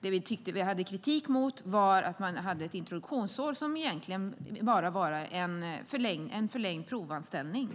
Det vi hade kritik mot var att man hade ett introduktionsår som egentligen bara var en förlängd provanställning.